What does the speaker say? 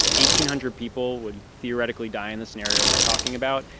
eighteen hundred people would theoretically die in the scenario we're talking about.